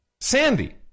Sandy